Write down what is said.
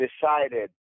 decided